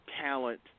talent